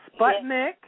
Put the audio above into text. Sputnik